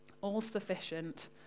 All-Sufficient